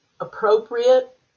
appropriate